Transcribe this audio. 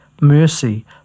Mercy